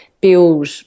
build